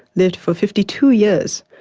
lived for fifty two years,